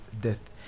death